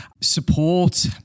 support